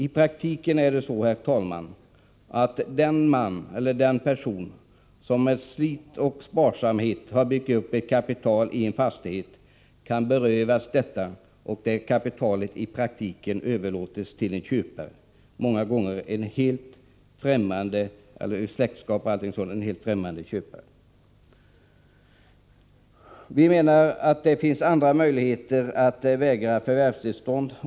I praktiken är det så, herr talman, att den person som med slit och sparsamhet har byggt upp ett kapital i en fastighet kan berövas detta, varvid kapitalet i praktiken överlåtes till en köpare, många gånger en helt främmande köpare utanför släkten. Vi menar att det finns andra möjligheter att förvägra förvärvstillstånd.